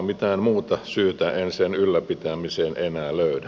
mitään muuta syytä en sen ylläpitämiseen enää löydä